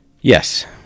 Yes